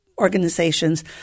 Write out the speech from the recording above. organizations